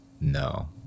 No